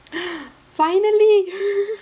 finally